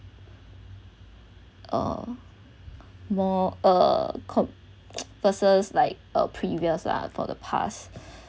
uh more uh co~ versus like a previous lah for the past